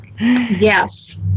Yes